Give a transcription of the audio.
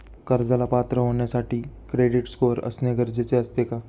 कर्जाला पात्र होण्यासाठी क्रेडिट स्कोअर असणे गरजेचे असते का?